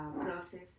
process